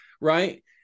right